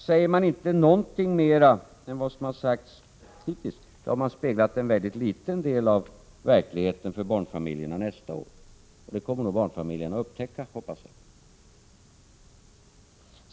Säger man inte någonting mera än vad som har sagts hittills har man speglat en mycket liten del av verkligheten för barnfamiljerna nästa år, och det kommer barnfamiljerna att upptäcka, hoppas jag.